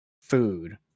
food